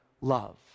love